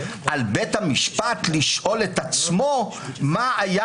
על בית המשפט לשאול את עצמו מה היה